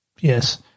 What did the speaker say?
Yes